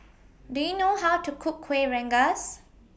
Do YOU know How to Cook Kuih Rengas